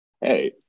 Hey